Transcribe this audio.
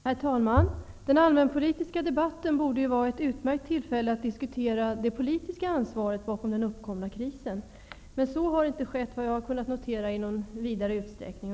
Herr talman! Den allmänpolitiska debatten borde vara ett utmärkt tillfälle att diskutera det politiska ansvaret för den uppkomna krisen. Men så har, såvitt jag har kunnat notera, inte skett i någon vidare utsträckning.